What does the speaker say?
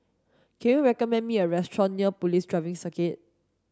can you recommend me a restaurant near Police Driving Circuit